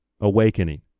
awakening